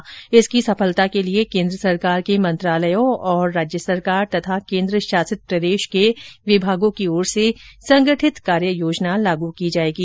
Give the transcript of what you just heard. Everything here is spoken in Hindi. अभियान की सफलता के लिए केन्द्र सरकार के मंत्रालयों तथा राज्य सरकार और केन्द्र शासित प्रदेश के विभागों द्वारा संगठित कार्य योजना लागू की जाएगी